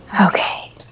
Okay